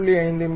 5 மி